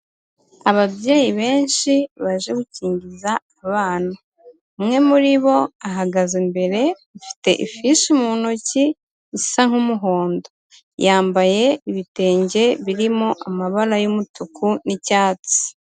Ababyeyi benshi baje gukingiza abana. Umwe muri bo ahagaze imbere, afite ifishi mu ntoki isa nk'umuhondo. Yambaye ibitenge birimo amabara y'umutuku n'icyatsi.